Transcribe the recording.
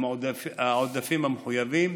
העודפים המחויבים.